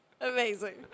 Amazing